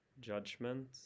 judgment